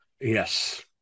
yes